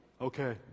Okay